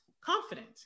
confident